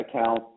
account